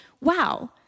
wow